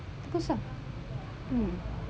bagus lah